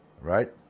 right